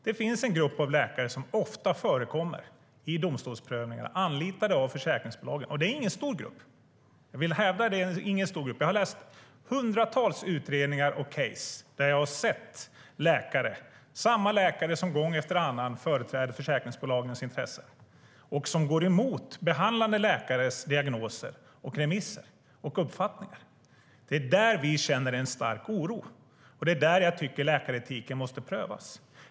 Det finns en grupp av läkare som ofta förekommer i domstolsprövningar, anlitade av försäkringsbolagen. Det är ingen stor grupp. Jag vill hävda att det inte är någon stor grupp. Jag har läst hundratals utredningar och cases där jag har sett samma läkare gång efter annan företräda försäkringsbolagens intressen och gå emot behandlande läkares diagnoser, remisser och uppfattningar. Det är där vi känner en stark oro, och det är där jag tycker att läkaretiken måste prövas.